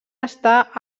està